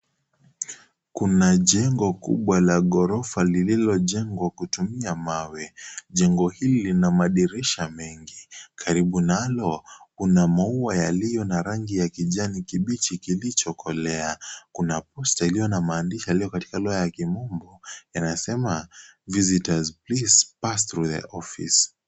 Kuna jengo kubwa la gorofa lililojengwa kutumia mawe. Jengo hili lina madirisha mengi. Karibu nalo Kuna maua yaliyo na rangi ya kijani kibichi kilichokolea . Kuna posta iliyo na maandishi yaliyo katika lugha ya kimombo inasema cs(visitors please pass through the office).